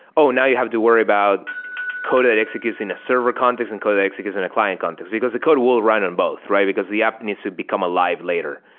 oh! now you have to worry about code that executes in a server context and code that executes in a client context, because a code will run in both, because the app needs to become alive later.